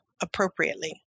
appropriately